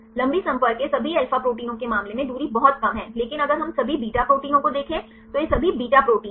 लंबी संपर्क के सभी अल्फा प्रोटीनों के मामले में दूरी बहुत कम हैं लेकिन अगर हम सभी बीटा प्रोटीनों को देखें तो यह सभी बीटा प्रोटीन हैं